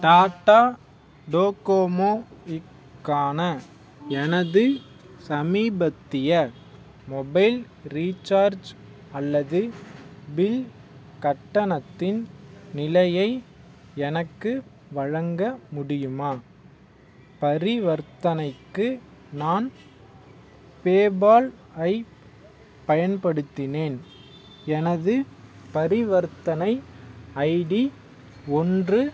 Tata Docomo இக்கான எனது சமீபத்திய மொபைல் ரீசார்ஜ் அல்லது பில் கட்டணத்தின் நிலையை எனக்கு வழங்க முடியுமா பரிவர்த்தனைக்கு நான் பேபால் ஐப் பயன்படுத்தினேன் எனது பரிவர்த்தனை ஐடி ஒன்று